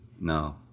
No